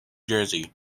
jersey